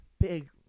big